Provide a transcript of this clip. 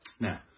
Now